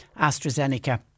AstraZeneca